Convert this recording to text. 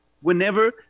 whenever